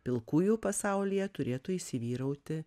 pilkųjų pasaulyje turėtų įsivyrauti